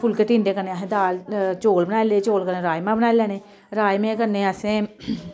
फुल्के टिंडे कन्नै असें दाल चौल बनाई ले चौल कन्नै राजमां बनाई लैने राजमां कन्नै असें